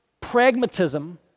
pragmatism